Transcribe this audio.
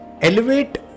elevate